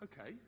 okay